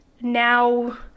now